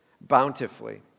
bountifully